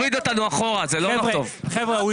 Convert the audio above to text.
חבר'ה,